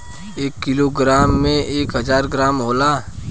एक किलोग्राम में एक हजार ग्राम होला